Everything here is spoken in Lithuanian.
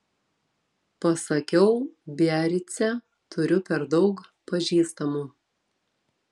pasakiau biarice turiu per daug pažįstamų